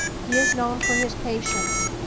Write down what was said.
he is known for his patience,